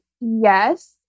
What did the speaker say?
yes